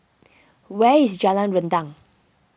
where is Jalan Rendang